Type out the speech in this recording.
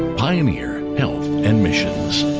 pioneer health and missions